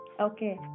Okay